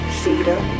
cedar